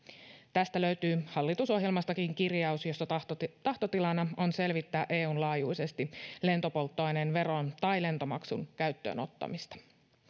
tästä löytyy hallitusohjelmastakin kirjaus jossa tahtotilana tahtotilana on selvittää eun laajuisesti lentopolttoaineen veron tai lentomaksun käyttöönottamista